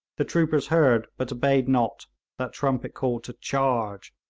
the troopers heard but obeyed not that trumpet-call to charge!